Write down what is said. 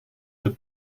the